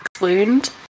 wound